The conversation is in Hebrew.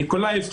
מיקולאייב,